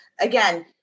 again